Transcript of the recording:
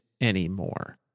anymore